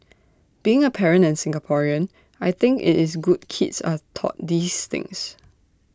being A parent and Singaporean I think IT is good kids are taught these things